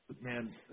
Man